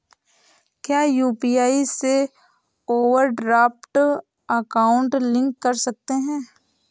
क्या यू.पी.आई से overdraft account link कर सकते हैं?